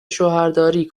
شوهرداری